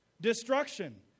Destruction